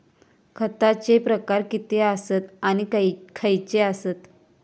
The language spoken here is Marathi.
खतांचे प्रकार किती आसत आणि खैचे आसत?